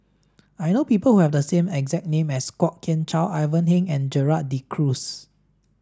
I know people who have the same exact name as Kwok Kian Chow Ivan Heng and Gerald De Cruz